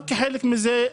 כחלק מזה,